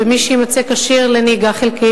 ומי שיימצא כשיר לנהיגה חלקית,